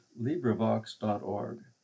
LibriVox.org